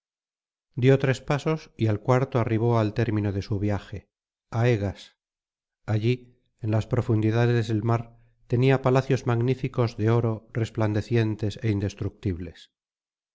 dio tres pasos y al cuarto arribó al término de su viaje á egas allí en las profundidades del mar tenía palacios magníficos de oro resplandecientes é indestructibles